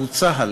שהוא צה"ל.